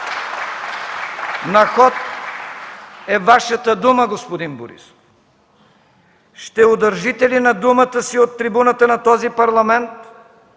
на ход е Вашата дума, господин Борисов. Ще удържите ли на думата си от трибуната на този Парламент,